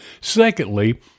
Secondly